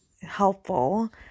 helpful